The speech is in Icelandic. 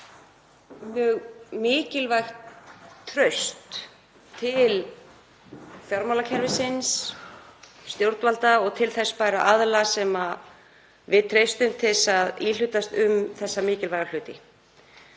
mjög mikilvægt traust til fjármálakerfisins, stjórnvalda og til þess bærra aðila sem við treystum fyrir að íhlutast til um þessa mikilvægu hluti.